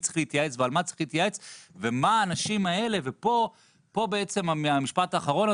צריך להתייעץ ועל מה צריך להתייעץ ומה האנשים האלה ופה המשפט האחרון,